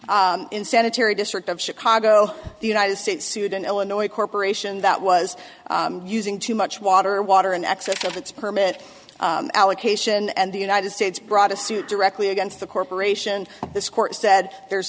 insanitary district of chicago the united states sued in illinois corporation that was using too much water or water in excess of its permit allocation and the united states brought a suit directly against the corporation this court said there's